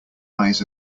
eyes